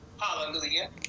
Hallelujah